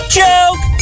joke